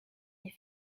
est